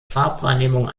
farbwahrnehmung